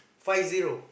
five zero